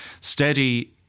steady